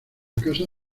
casa